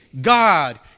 God